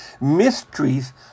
mysteries